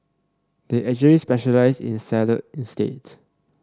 they actually specialise in salad instead